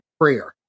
prayer